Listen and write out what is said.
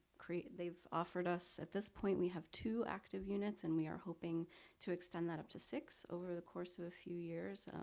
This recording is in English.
they've offered us, at this point we have two active units and we are hoping to extend that up to six over the course of a few years.